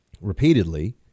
repeatedly